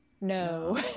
No